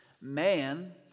man